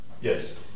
Yes